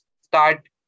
start